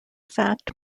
fact